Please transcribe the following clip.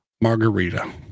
margarita